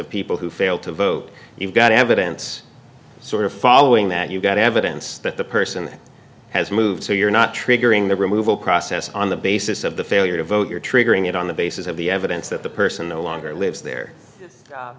of people who failed to vote you've got evidence sort of following that you've got evidence that the person has moved so you're not triggering the removal process on the basis of the failure to vote your triggering it on the basis of the evidence that the person no longer lives there